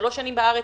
שלוש שנים בארץ.